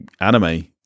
anime